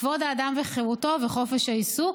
כבוד האדם וחירותו וחופש העיסוק,